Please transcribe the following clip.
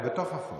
אבל בתוך החוק,